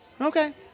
Okay